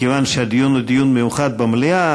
מכיוון שהדיון הוא דיון מיוחד במליאה,